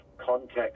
context